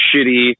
shitty